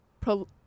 pro